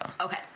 Okay